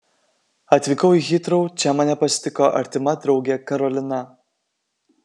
atvykau į hitrou čia mane pasitiko artima draugė karolina